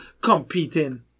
competing